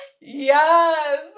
Yes